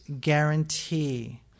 guarantee